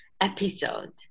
episode